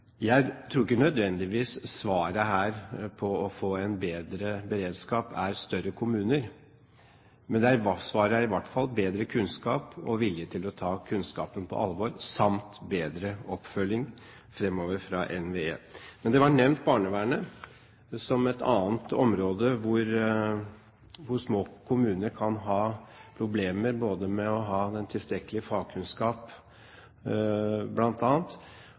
Jeg tror ikke nødvendigvis svaret her når det gjelder å få en bedre beredskap, er større kommuner. Men svaret er i hvert fall bedre kunnskap og vilje til å ta kunnskapen på alvor samt bedre oppfølging framover fra NVE. Barnevernet ble nevnt som et annet område hvor små kommuner kan ha problemer, bl.a. med å ha tilstrekkelig fagkunnskap.